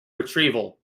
retrieval